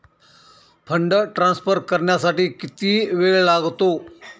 Fund transfer करण्यासाठी किती वेळ लागतो?